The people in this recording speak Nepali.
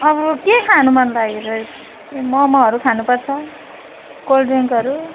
के खानु मन लाग्यो र ममोहरू खानुपर्छ कोल्डड्रिङ्कहरू